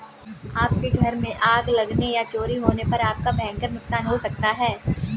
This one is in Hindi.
आपके घर में आग लगने या चोरी होने पर आपका भयंकर नुकसान हो सकता है